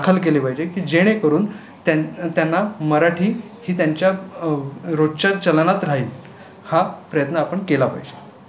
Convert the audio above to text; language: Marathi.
दाखल केले पाहिजे की जेणेकरून त्यान त्यांना मराठी ही त्यांच्या रोजच्या चलनात राहील हा प्रयत्न आपण केला पाहिजे